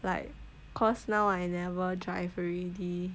like because now I never drive already